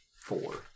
Four